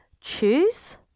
choose